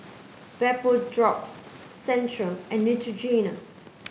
Vapodrops Centrum and Neutrogena